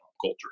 culture